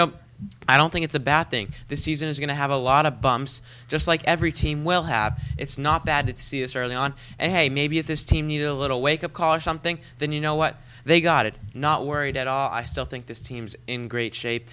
know i don't think it's a bad thing this season is going to have a lot of bumps just like every team will have it's not bad to see this early on and hey maybe if this team needed a little wake up call it from thing then you know what they got it not worried at all i still think this team's in great shape